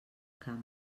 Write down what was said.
camp